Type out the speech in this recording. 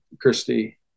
Christy